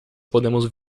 podemos